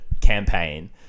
campaign